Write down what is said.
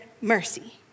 mercy